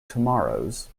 tomorrows